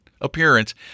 appearance